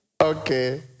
Okay